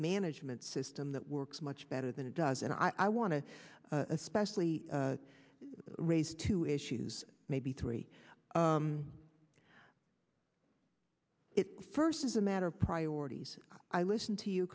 management system that works much better than it does and i want to especially i raise two issues maybe three it first is a matter of priorities i listen to you